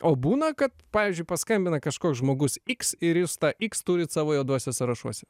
o būna kad pavyzdžiui paskambina kažkoks žmogus iks ir jūs tą iks turit savo juoduose sąrašuose